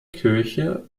kirche